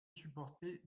supporter